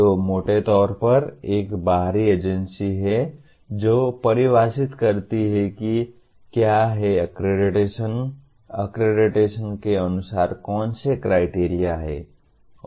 तो मोटे तौर पर एक बाहरी एजेंसी है जो परिभाषित करती है कि क्या है अक्रेडिटेशन के अनुसार कौन से क्राइटेरिया हैं